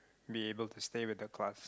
be able to stay with the class